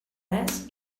res